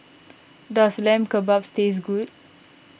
does Lamb Kebabs taste good